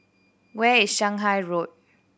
where is Shanghai Road